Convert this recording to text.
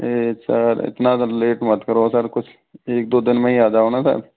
अरे सर इतना ज़्यादा लेट मत करो सर कुछ एक दो दिन में ही आ जाओ ना सर